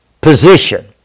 position